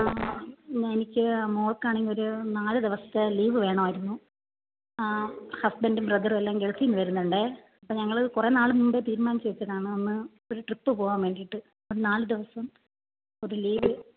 ആ എനിക്ക് മോൾക്കാണെങ്കിൽ ഒരു നാല് ദിവസത്തെ ലീവ് വേണമായിരുന്നു ആ ഹസ്ബൻഡും ബ്രദറുവെല്ലാം ഗൾഫീന്ന് വരുന്നുണ്ട് അപ്പോൾ ഞങ്ങൾ കുറേ നാൾ മുമ്പേ തീരുമാനിച്ച് വെച്ചതാണ് ഒന്ന് ഒരു ട്രിപ്പ് പോവാൻ വേണ്ടീട്ട് നാല് ദിവസം ഒരു ലീവ്